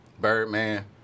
Birdman